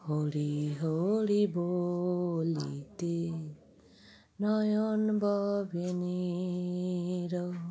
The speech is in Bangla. হরি হরি বলিতে নয়ন ববে নীর